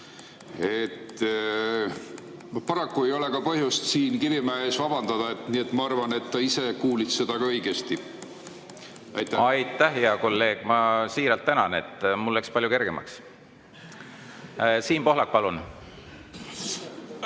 Paraku ei ole ka põhjust siin Kivimäe ees vabandada, sest ma arvan, et ta ise kuulis seda ka õigesti. Aitäh, hea kolleeg! Ma siiralt tänan, mul läks palju kergemaks. Siim Pohlak, palun!